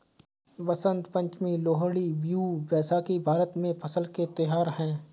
बसंत पंचमी, लोहड़ी, बिहू, बैसाखी भारत में फसल के त्योहार हैं